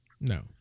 No